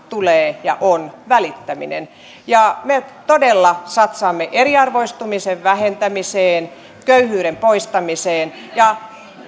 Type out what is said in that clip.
tulee olemaan ja on välittäminen me todella satsaamme eriarvoistumisen vähentämiseen köyhyyden poistamiseen ja